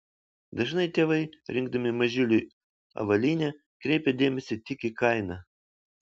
dažnai tėvai rinkdami mažyliui avalynę kreipia dėmesį tik į kainą